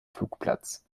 flugplatz